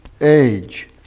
age